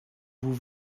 vous